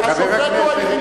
בתקופתנו בנו בירושלים,